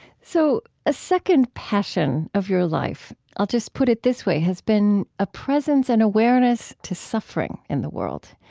so a second passion of your life i'll just put it this way has been a presence and awareness to suffering in the world.